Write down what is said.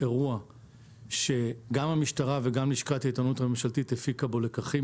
אירוע שגם המשטרה וגם לשכת העיתונות הממשלתית הפיקה בו לקחים,